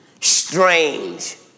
strange